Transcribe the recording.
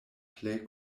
plej